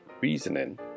reasoning